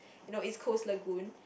you know East-Coast-Lagoon